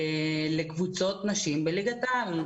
תקצוב של 12 מיליון שקלים לקבוצות נשים בליגת העל.